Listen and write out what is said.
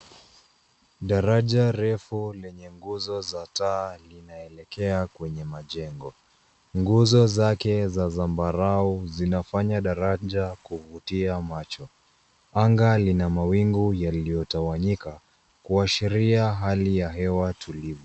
Daraja refu lenye nguzo za taa linaelekea kwenye majengo. Nguzo zake za zambarau zinafanya daraja kuvutia macho. Anga lina mawingu yaliyo tawanyika kuashiria hali ya hewa tulivu.